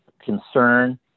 concern